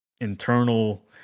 internal